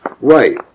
Right